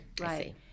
right